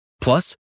Plus